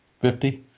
fifty